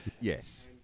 Yes